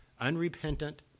unrepentant